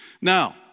Now